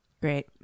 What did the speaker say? Great